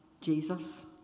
Jesus